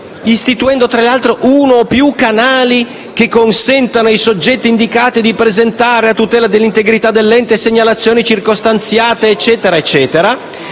istituendo, tra l'altro, uno o più canali che consentano ai soggetti indicati di presentare, a tutela dell'integrità dell'ente, segnalazioni circostanziate. Tali canali,